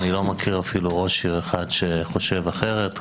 אני לא מכיר אפילו ראש עיר אחד שחושב אחרת.